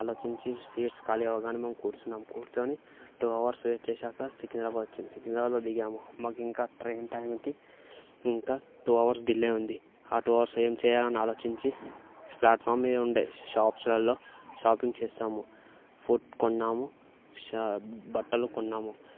ఆలోచించి స్వీట్స్ ఖాళీ అవగానే మేము కూర్చున్నాము కూర్చొని టూ అవర్స్ వెయిట్ చేశాక సికింద్రాబాద్ వచ్చింది సికింద్రాబాద్లో దిగాము మాకు ఇంకా ట్రైన్ టైంకి ఇంకా టూ అవర్స్ డిలే ఉంది ఆ టూ అవర్స్ ఏం చేయాలో ఆలోచించి ప్లాట్ఫామ్ మీద ఉండే షాప్స్లలో షాపింగ్ చేసాము ఫుడ్ కొన్నాము బట్టలు కొన్నాము